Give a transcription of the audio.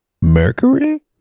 Mercury